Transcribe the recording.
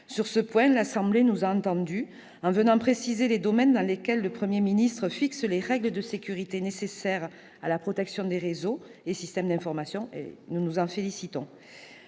des peines. L'Assemblée nationale nous a entendus et a précisé les domaines dans lesquels le Premier ministre fixe les règles de sécurité nécessaires à la protection des réseaux et systèmes d'information, ce dont nous nous félicitons.